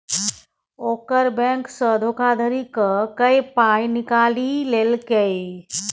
ओकर बैंकसँ धोखाधड़ी क कए पाय निकालि लेलकै